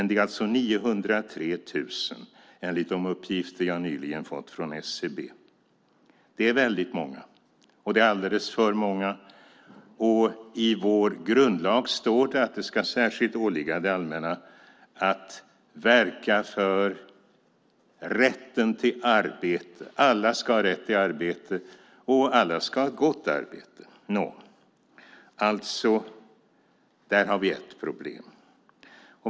Det är alltså 903 000 enligt de uppgifter jag nyligen fått från SCB. Det är väldigt många. Det är alldeles för många. I vår grundlag står det att det ska särskilt åligga det allmänna att verka för rätten till arbete. Alla ska ha rätt till arbete, och alla ska ha gott arbete. Där har vi alltså ett problem.